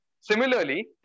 similarly